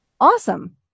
awesome